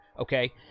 Okay